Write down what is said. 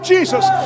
Jesus